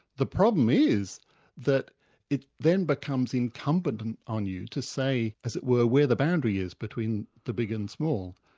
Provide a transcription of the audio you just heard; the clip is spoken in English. the problem is that it then becomes incumbent and on you to say as it were, where the boundary is between the big and small,